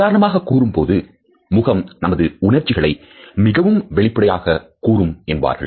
சாதாரணமாக கூறும்போது முகம் நமது உணர்ச்சிகளை மிகவும் வெளிப்படையாக கூறும் என்பார்கள்